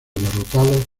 derrotados